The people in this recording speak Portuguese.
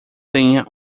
tenha